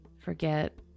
Forget